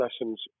lessons